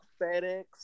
FedEx